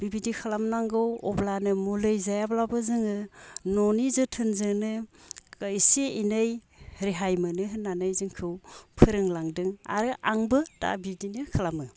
बिबायदि खालाम नांगौ अब्लानो मुलि जायाब्लाबो जोङो न'नि जोथोनजोनो एसे एनै रेहाय मोनो होननानै जोंखौ फोरोंलांदों आरो आंबो दा बिदिनो खालामो